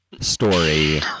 story